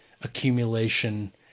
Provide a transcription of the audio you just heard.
accumulation